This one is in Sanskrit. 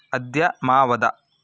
अद्य मा वद